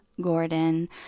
gordon